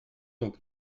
donc